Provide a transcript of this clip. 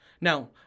Now